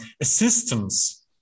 assistance